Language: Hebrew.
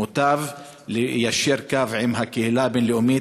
מוטב ליישר קו עם הקהילה הבין-לאומית,